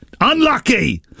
Unlucky